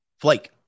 Flake